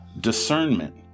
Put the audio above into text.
discernment